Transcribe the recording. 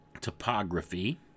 topography